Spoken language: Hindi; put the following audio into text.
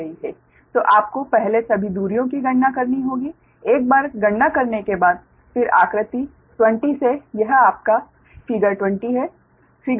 तो आपको पहले सभी दूरियों की गणना करनी होगी एक बार गणना करने के बाद फिर आकृति 20 से यह आपका आकृति 20 है